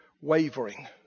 wavering